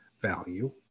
value